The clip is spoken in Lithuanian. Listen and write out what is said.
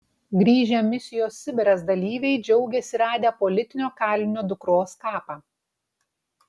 grįžę misijos sibiras dalyviai džiaugiasi radę politinio kalinio dukros kapą